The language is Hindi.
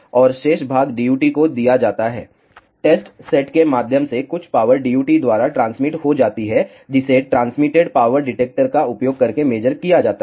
और शेष भाग DUT को दिया जाता है टेस्ट सेट के माध्यम से कुछ पावर DUT द्वारा ट्रांसमीट हो जाती है जिसे ट्रांसमिटेड पावर डिटेक्टर का उपयोग करके मेज़र किया जाता है